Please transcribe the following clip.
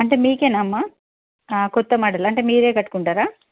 అంటే మీకా అమ్మ కొత్త మోడలు అంటే మీరు కట్టుకుంటారా